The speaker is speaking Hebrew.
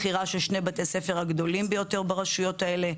בחירה של שני בתי ספר הגדולים ביותר ברשויות האלה.